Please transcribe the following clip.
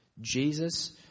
Jesus